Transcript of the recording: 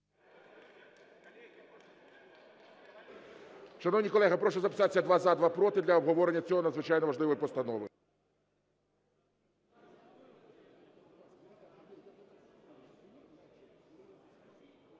Шановні колеги, прошу записатися: два – за, два – проти для обговорення цієї надзвичайно важливої постанови.